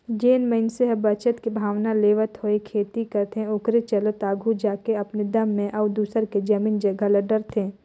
जेन मइनसे ह बचत के भावना लेवत होय खेती करथे ओखरे चलत आघु जाके अपने दम म अउ दूसर के जमीन जगहा ले डरथे